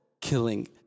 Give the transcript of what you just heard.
killing